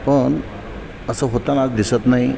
पण असं होताना आज दिसत नाही